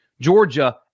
Georgia